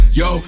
yo